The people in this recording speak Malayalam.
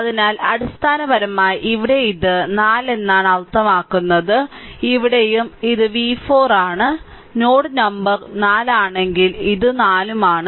അതിനാൽ അടിസ്ഥാനപരമായി ഇവിടെ ഇത് 4 എന്നാണ് അർത്ഥമാക്കുന്നത് ഇവിടെയും ഇത് v 4 ആണ് നോഡ് നമ്പർ 4 ആണെങ്കിൽ ഇത് 4 ഉം ആണ്